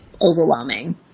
overwhelming